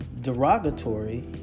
derogatory